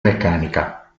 meccanica